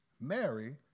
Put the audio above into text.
Mary